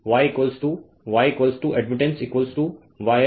तो Y Y admittance YL YC